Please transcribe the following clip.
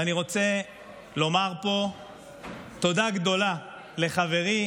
ואני רוצה לומר פה תודה גדולה לחברי